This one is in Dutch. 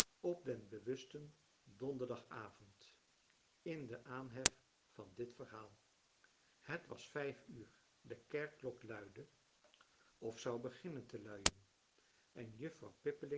op den bewusten donderdagavond in den aanhef van dit verhaal het was vijf uur de kerkklok luide of zou beginnen te luien en juffrouw